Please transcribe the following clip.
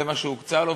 זה מה שהוקצה לו,